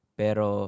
pero